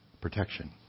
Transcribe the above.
protection